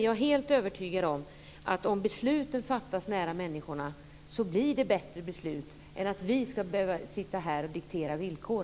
Jag är övertygad om att det blir bättre beslut om de fattas nära medborgarna, än om vi sitter här och dikterar villkor.